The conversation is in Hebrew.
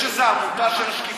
יש איזו עמותה של השקיפות,